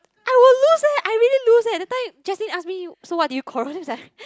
I will lose leh I really lose leh that time Justin ask me you so what did you quarrel then I was like